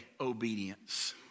obedience